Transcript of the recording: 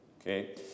okay